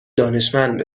دانشمند